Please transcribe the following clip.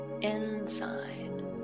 inside